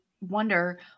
wonder